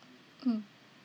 mm